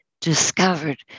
discovered